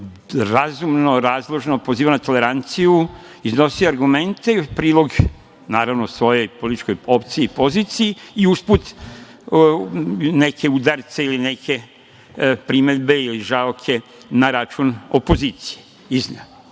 razumno, razložno, pozivao na toleranciju, iznosio argumente, u prilog, naravno, svojoj političkoj opciji i poziciji i usput neke udarce ili neke primedbe ili žaoke na račun opozicije